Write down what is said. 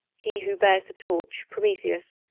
he who bears the torch, prometheus,